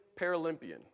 Paralympian